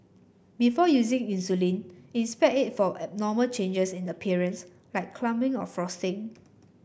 before using insulin inspect it for abnormal changes in appearance like clumping or frosting